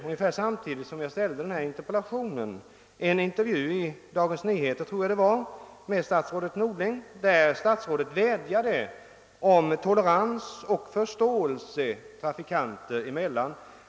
Ungefär samtidigt som jag ställde denna interpellation läste jag i en intervju i Dagens Nyheter att statsrådet Norling vädjade om tolerans och förståelse trafikanter emellan.